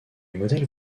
modèles